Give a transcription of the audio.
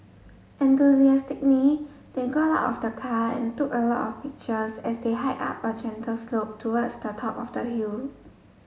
enthusiastically they got out of the car and took a lot of pictures as they hiked up a gentle slope towards the top of the hill